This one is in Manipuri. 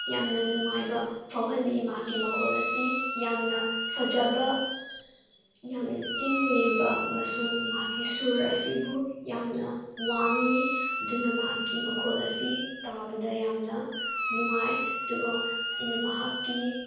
ꯌꯥꯝꯅ ꯅꯨꯡꯉꯥꯏꯕ ꯐꯥꯎꯍꯜꯂꯤ ꯃꯍꯥꯛꯀꯤ ꯃꯈꯣꯜ ꯑꯁꯤ ꯌꯥꯝꯅ ꯐꯖꯕ ꯌꯥꯝꯅ ꯆꯤꯡ ꯂꯦꯝꯕ ꯑꯃꯁꯨꯡ ꯃꯍꯥꯛꯀꯤ ꯁꯨꯔ ꯑꯁꯤꯕꯨ ꯌꯥꯝꯅ ꯋꯥꯡꯏ ꯑꯗꯨꯅ ꯃꯍꯥꯛꯀꯤ ꯃꯈꯣꯜ ꯑꯁꯤ ꯇꯥꯕꯗ ꯌꯥꯝꯅ ꯅꯨꯡꯉꯥꯏ ꯑꯗꯨꯒ ꯑꯩꯅ ꯃꯍꯥꯛꯀꯤ